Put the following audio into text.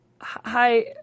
hi